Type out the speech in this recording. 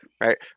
Right